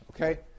okay